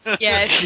Yes